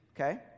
Okay